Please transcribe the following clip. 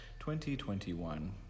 2021